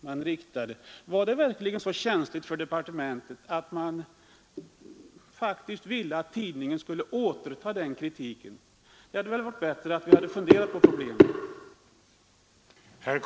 Var det verkligen så känsligt för departementet att man faktiskt ville att tidningen skulle återta kritiken? Det hade väl varit bättre att fundera på problemet.